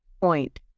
point